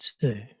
two